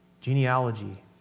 genealogy